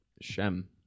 Shem